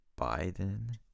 Biden